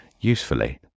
usefully